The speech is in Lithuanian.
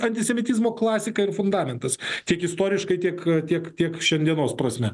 antisemitizmo klasika ir fundamentas tiek istoriškai tiek tiek tiek šiandienos prasme